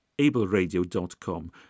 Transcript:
ableradio.com